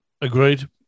agreed